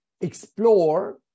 explore